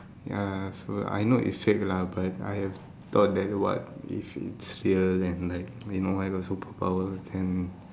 ya so I know is fake lah but I have thought that what if it's real then like you know I got superpower then